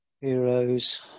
heroes